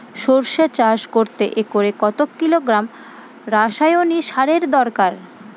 সরষে চাষ করতে একরে কত কিলোগ্রাম রাসায়নি সারের দরকার?